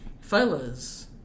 Fellas